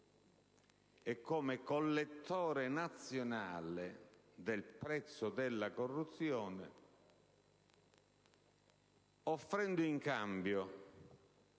e come collettore nazionale del prezzo della corruzione, offrendo in cambio